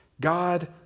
God